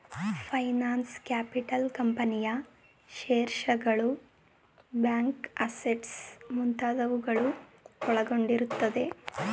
finance capital ಕಂಪನಿಯ ಶೇರ್ಸ್ಗಳು, bank assets ಮುಂತಾದವುಗಳು ಒಳಗೊಂಡಿರುತ್ತದೆ